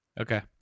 Okay